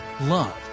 love